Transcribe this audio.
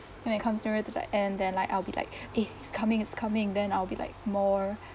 when it comes nearer to the end then like I will be like eh it's coming it's coming then I'll be like more